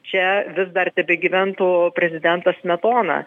čia vis dar tebegyventų prezidentas smetona